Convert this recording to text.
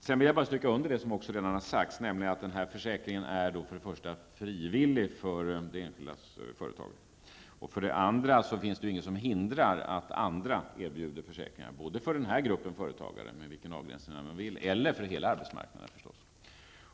Sedan vill jag understryka vad som redan har sagts, nämligen för det första att den här försäkringen är frivillig för det enskilda företaget och för det andra att det inte finns något som hindrar att andra erbjuder försäkringar både för den här gruppen företagare med vilka avgränsningar man nu vill ha eller, förstås, för hela arbetsmarknaden.